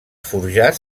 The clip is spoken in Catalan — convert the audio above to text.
forjats